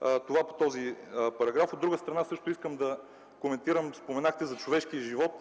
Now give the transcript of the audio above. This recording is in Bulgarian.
Това по този параграф. От друга страна, искам да коментирам – споменахте за човешкия живот.